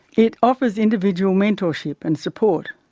it offers individual mentorship and support,